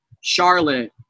Charlotte